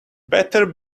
better